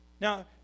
Now